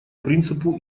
принципу